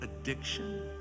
addiction